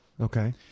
Okay